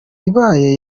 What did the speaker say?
ibaye